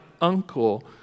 uncle